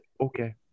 okay